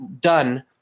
done